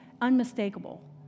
unmistakable